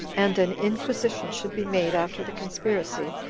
and an inquisition should be made after the conspiracy,